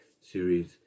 series